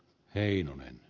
heinonen e